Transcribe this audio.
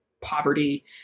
poverty